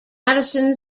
madison